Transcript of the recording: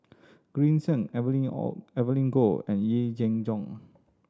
Green Zeng Evelyn O Evelyn Goh and Yee Jenn Jong